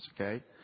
okay